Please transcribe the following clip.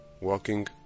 walking